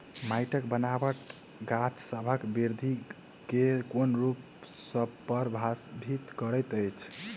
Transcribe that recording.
माइटक बनाबट गाछसबक बिरधि केँ कोन रूप सँ परभाबित करइत अछि?